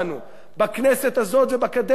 בכנסת הזאת ובקדנציה הקודמת,